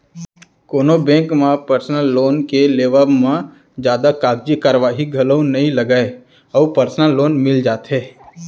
कोनो बेंक म personal loan के लेवब म जादा कागजी कारवाही घलौ नइ लगय अउ परसनल लोन मिल जाथे